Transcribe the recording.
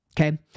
okay